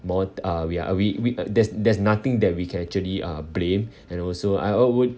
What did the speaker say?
more uh we are we we uh there's there's nothing that we can actually uh blame and also uh I would